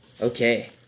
Okay